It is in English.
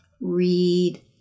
read